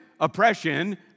oppression